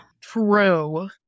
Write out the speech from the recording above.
true